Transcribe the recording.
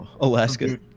Alaska